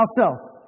ourself